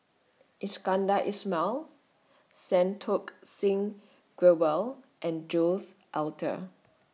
Iskandar Ismail Santokh Singh Grewal and Jules Itier